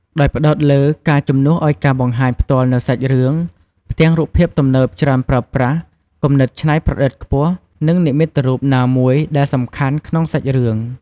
ដោយផ្ដោតលើ ការជំនួសឱ្យការបង្ហាញផ្ទាល់នូវសាច់រឿង ផ្ទាំងរូបភាពទំនើបច្រើនប្រើប្រាស់ គំនិតច្នៃប្រឌិតខ្ពស់ និងនិមិត្តរូបណាមួយដែលសំខាន់ក្នុងសាច់រឿង។